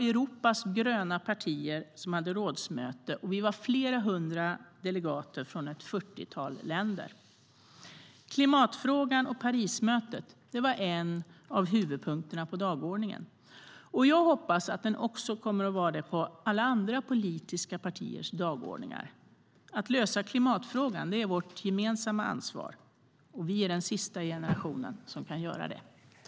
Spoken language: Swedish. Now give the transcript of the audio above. Europas gröna partier hade rådsmöte, och vi var flera hundra delegater från ett fyrtiotal länder. Klimatfrågan och Parismötet var några av huvudpunkterna på dagordningen. Jag hoppas att detta också kommer att vara det på alla andra politiska partiers dagordningar. Att lösa klimatfrågan är vårt gemensamma ansvar, och vi är den sista generation som kan göra det.